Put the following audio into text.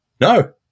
No